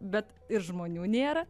bet žmonių nėra